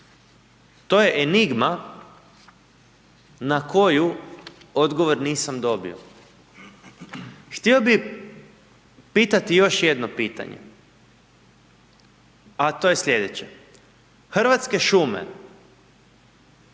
To je enigma na koju odgovor nisam dobio. Htio bih pitati još jedno pitanje, a to je sljedeće. Hrvatske šume